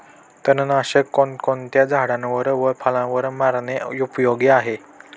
तणनाशक कोणकोणत्या झाडावर व फळावर मारणे उपयोगी आहे?